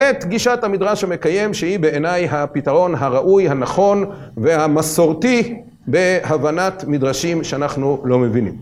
את גישת המדרש המקיים שהיא בעיניי הפתרון הראוי, הנכון והמסורתי בהבנת מדרשים שאנחנו לא מבינים.